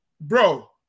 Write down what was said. Bro